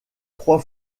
trois